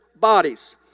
bodies